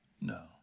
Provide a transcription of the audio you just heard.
No